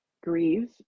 grieve